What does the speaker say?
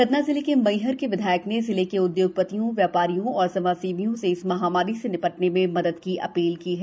सतना जिले के मैहर के विधायक ने जिले के उद्योग पतियो व्यापारियों और समाज सेवियों से इस महामारी से निपटने में मदद की अपील की है